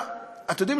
אתם יודעים,